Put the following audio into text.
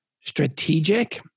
strategic